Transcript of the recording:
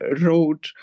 road